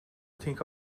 think